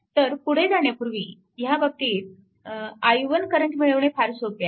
तर पुढे जाण्यापूर्वी ह्या बाबतीत i1 करंट मिळवणे फार सोपे आहे